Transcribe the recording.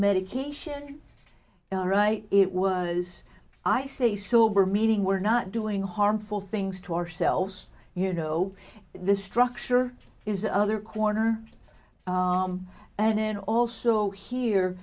medication right it was i say silber meeting we're not doing harmful things to ourselves you know the structure is another corner and in also here